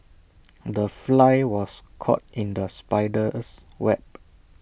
the fly was caught in the spider's web